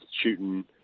shooting